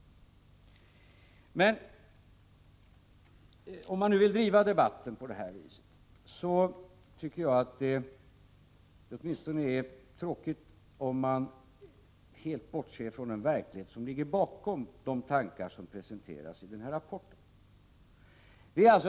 Om man nu vill att debatten skall drivas på det här viset, tycker jag att det är tråkigt om man helt bortser från den verklighet som finns bakom de tankar som presenterats i nämnda rapport.